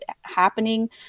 happening